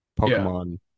Pokemon